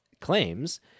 claims